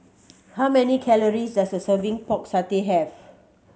how many calories does a serving Pork Satay have